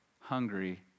hungry